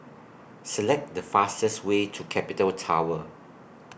Select The fastest Way to Capital Tower